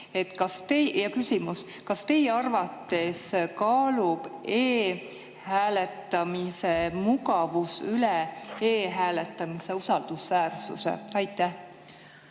kas teie arvates kaalub e-hääletamise mugavus üle e-hääletamise usaldusväärsuse? Aitäh,